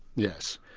yes.